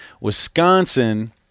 Wisconsin